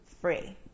free